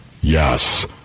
Yes